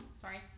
Sorry